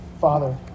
Father